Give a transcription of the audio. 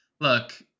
look